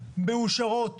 מאושרות,